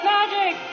Magic*